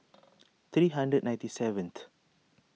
three hundred ninety seventh